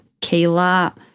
Kayla